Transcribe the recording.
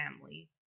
family